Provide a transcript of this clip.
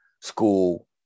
school